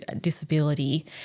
disability